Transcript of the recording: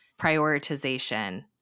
prioritization